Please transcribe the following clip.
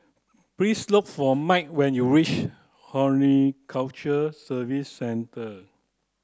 please look for Mike when you reach Horticulture Services Centre